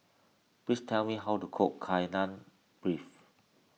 please tell me how to cook Kai Lan Beef